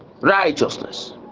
righteousness